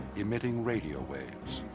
emitting radio waves.